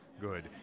Good